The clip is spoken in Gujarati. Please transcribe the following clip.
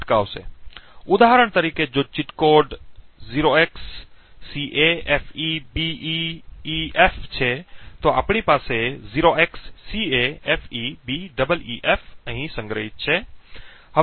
ઉદાહરણ તરીકે જો ચીટ કોડ 0xCAFEBEEF છે તો આપણી પાસે 0xCAFEBEEF અહીં સંગ્રહિત છે